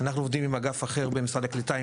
אנחנו עובדים אגף אחר במשרד הקליטה,